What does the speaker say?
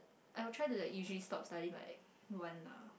I will try to like usually stop studying like one lah